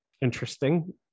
Interesting